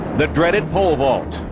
the dreaded pole vault.